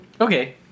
okay